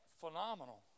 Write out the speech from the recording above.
phenomenal